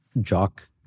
jock